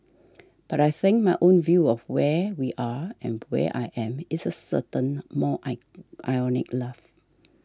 but I think my own view of where we are and where I am is a certain more I ironic love